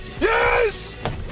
Yes